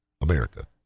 America